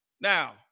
Now